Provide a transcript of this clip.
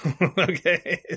Okay